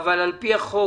אבל על פי החוק